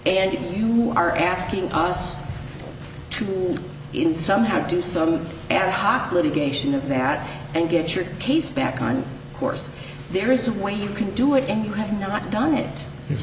and you are asking us to do it in somehow do some ad hoc litigation of that and get your case back on course there is a way you can do it and you have not done it i